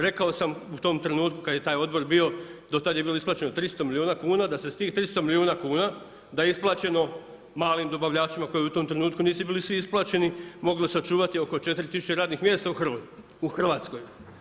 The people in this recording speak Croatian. Rekao sam u tom trenutku kad je taj Odbor bio, do tad je bilo isplaćeno 300 milijuna kuna, da se s tih 300 milijuna kuna, da je isplaćeno malim dobavljačima koji u tom trenutku nisu bili svi isplaćeni, mogli sačuvati oko 4 tisuće radnih mjesta u RH.